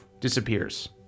disappears